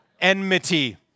Enmity